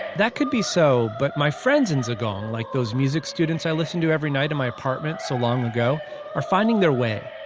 that could be so, but my friends in zigong like those music students i listened to every night in my apartment so long ago are finding their way.